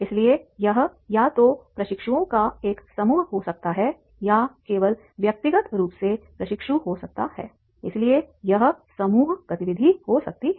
इसलिए यह या तो प्रशिक्षुओं का एक समूह हो सकता है या केवल व्यक्तिगत रूप से प्रशिक्षु हो सकता है इसलिए यह समूह गतिविधि हो सकती है